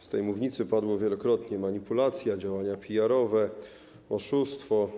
Z tej mównicy padło wielokrotnie: manipulacja, działania PR-owskie, oszustwo.